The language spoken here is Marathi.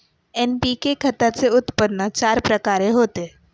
एन.पी.के खताचे उत्पन्न चार प्रकारे होते